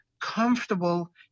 comfortable